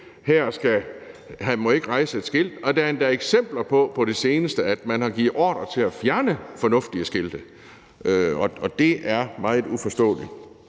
her må ikke sættes et skilt op. Der har endda på det seneste været eksempler på, at man har givet ordre til at fjerne fornuftige skilte. Det er meget uforståeligt.